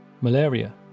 Malaria